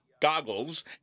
goggles